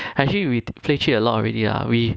actually we play cheat a lot already ah we